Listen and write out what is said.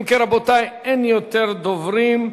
אם כן, רבותי, אין יותר דוברים.